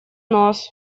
нос